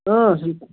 آ